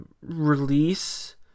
Release